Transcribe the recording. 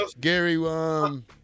Gary